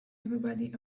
everybody